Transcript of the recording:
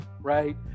right